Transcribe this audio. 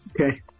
Okay